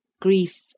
Grief